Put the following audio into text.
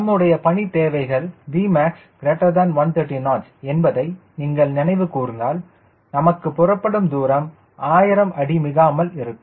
நம்முடைய பணி தேவைகள் Vmax ≥ 130 knots என்பதை நீங்கள் நினைவு கூர்ந்தால் நமக்கு புறப்படும் தூரம் 1000 அடி மிகாமல் இருக்கும்